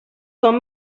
com